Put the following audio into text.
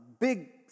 big